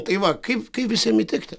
tai va kaip kaip visiem įtikti